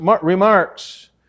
remarks